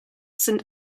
sind